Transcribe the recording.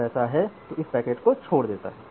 अगर ऐसा है तो इस पैकेट को छोड़ देता है